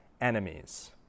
enemies